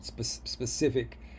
specific